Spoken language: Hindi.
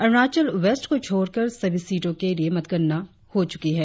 अरुणाचल वेस्ट को छोड़कर सभी सीटों के लिए मतगणना हो चुकी है